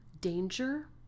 danger